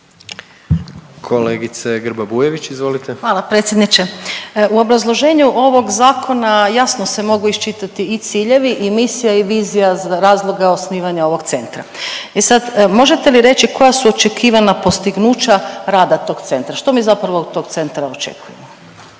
izvolite. **Grba-Bujević, Maja (HDZ)** Hvala predsjedniče. U obrazloženju ovog zakona jasno se mogu iščitati i ciljevi i misija i vizija razloga osnivanja ovog centra. E sad možete li reći koja su očekivana postignuća rada tog centra. Što mi zapravo od tog centra očekujemo?